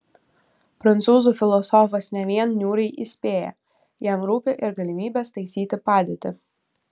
prancūzų filosofas ne vien niūriai įspėja jam rūpi ir galimybės taisyti padėtį